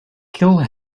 kill